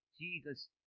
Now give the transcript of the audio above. Jesus